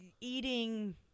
eating